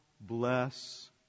bless